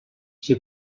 s’hi